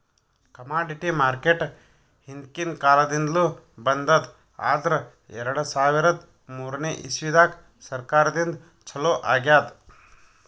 commodity market ಹಿಂದ್ಕಿನ್ ಕಾಲದಿಂದ್ಲು ಬಂದದ್ ಆದ್ರ್ ಎರಡ ಸಾವಿರದ್ ಮೂರನೇ ಇಸ್ವಿದಾಗ್ ಸರ್ಕಾರದಿಂದ ಛಲೋ ಆಗ್ಯಾದ್